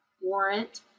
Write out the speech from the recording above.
warrant